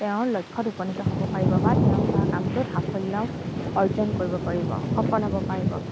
তেওঁৰ লক্ষ্যত উপনীত হ'ব পাৰিব বা তেওঁ কৰা কামটোত সাফল্য অৰ্জন কৰিব পাৰিব সফল হ'ব পাৰিব